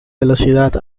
velocidad